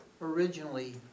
originally